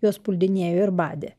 juos puldinėjo ir badė